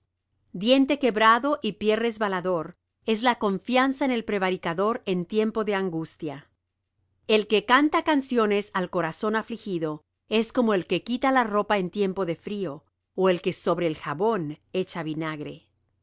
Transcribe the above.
diente quebrado y pie resbalador es la confianza en el prevaricador en tiempo de angustia el que canta canciones al corazón afligido es como el que quita la ropa en tiempo de frío ó el que sobre el jabón echa vinagre